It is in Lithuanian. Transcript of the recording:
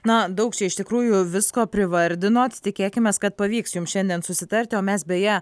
na daug čia iš tikrųjų visko privardinot tikėkimės kad pavyks jums šiandien susitarti o mes beje